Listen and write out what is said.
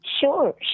Sure